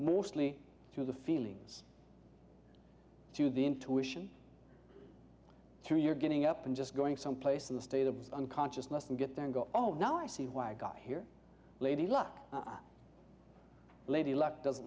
mostly through the feelings through the intuition through you're getting up and just going someplace in the state of unconsciousness and get there and go oh now i see why i got here lady luck lady luck doesn't